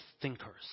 thinkers